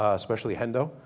especially hendo.